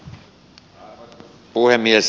arvoisa puhemies